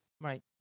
Right